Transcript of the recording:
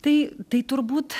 tai tai turbūt